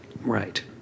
Right